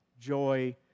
joy